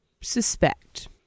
suspect